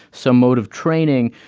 some mode of training,